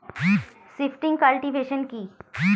Shifting cultivation কি?